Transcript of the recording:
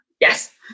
Yes